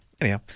anyhow